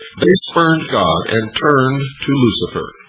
they spurned god and turned to lucifer.